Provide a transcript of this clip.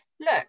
look